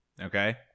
Okay